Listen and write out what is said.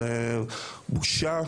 זו בושה,